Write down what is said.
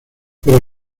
pero